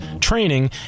training